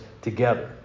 Together